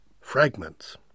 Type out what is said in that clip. fragments